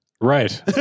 Right